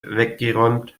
weggeräumt